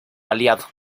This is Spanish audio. aliado